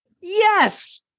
Yes